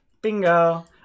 Bingo